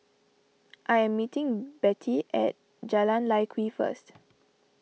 I am meeting Bette at Jalan Lye Kwee first